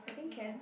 I think can